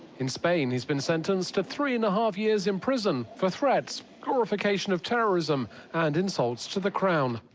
in spain, he's been sentenced to three and a half years in prison for threats, glorification of terrorism and insults to the crown.